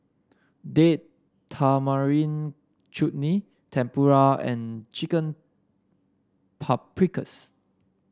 Date Tamarind Chutney Tempura and Chicken Paprikas